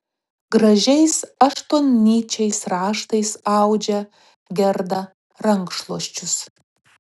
gražiais aštuonnyčiais raštais audžia gerda rankšluosčius